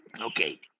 Okay